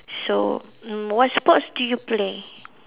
so mm what sports do you play